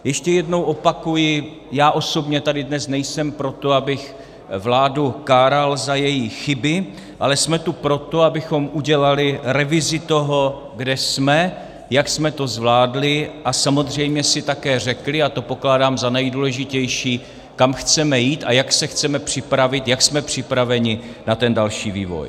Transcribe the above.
Ještě jednou opakuji, já osobně tady dnes nejsem proto, abych vládu káral za její chyby, ale jsme tu proto, abychom udělali revizi toho, kde jsme, jak jsme to zvládli a samozřejmě si také řekli, a to pokládám za nejdůležitější, kam chceme jít a jak se chceme připravit, jak jsme připraveni na ten další vývoj.